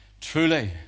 truly